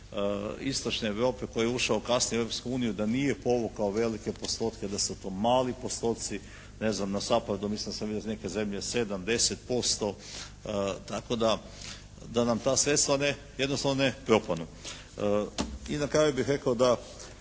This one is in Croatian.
istočne Europske koji je ušao kasnije u Europsku uniju da nije povukao velike postotke, da su to mali postoci. Ne znam na SAPARD-u mislim da sam vidio neke zemlje 7, 10%, tako da nam ta sredstva jednostavno ne propadnu. I na kraju bih rekao da